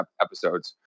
episodes